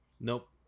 Nope